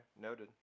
noted